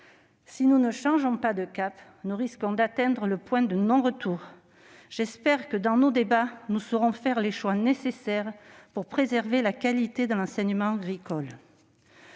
Si nous ne changeons pas de cap, nous risquons d'atteindre le point de non-retour. J'espère que, lors de nos débats, nous saurons faire les choix nécessaires pour préserver la qualité de l'enseignement agricole.